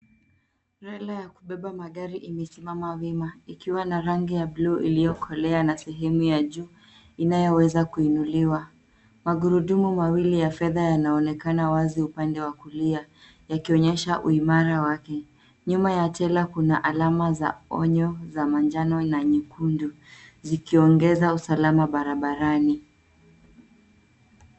Trela ya kubeba magari imesimama wima ikiwa na rangi ya buluu iliyokolea na sehemu ya juu inayoweza kuinuliwa. Magurudumu mawili ya fedha yanaonekana wazi upande wa kulia; yakionyesha uimara wake. Nyuma ya trela kuna alama za onyo za manjano na nyekundu, zikiongeza usalama barabarani.